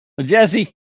Jesse